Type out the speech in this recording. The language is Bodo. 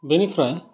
बेनिफ्राय